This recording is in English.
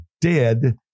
dead